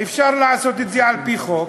אפשר לעשות את זה על-פי חוק,